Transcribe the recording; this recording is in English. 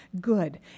good